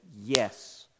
yes